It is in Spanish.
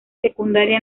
secundaria